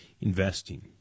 investing